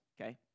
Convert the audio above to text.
okay